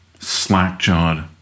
Slack-jawed